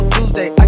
Tuesday